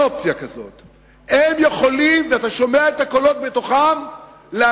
אתה שומע את הקולות בתוכם והם יכולים